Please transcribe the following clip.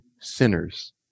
sinners